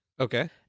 Okay